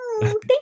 thank